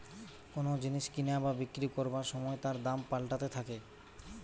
কোন জিনিস কিনা বা বিক্রি করবার সময় তার দাম পাল্টাতে থাকে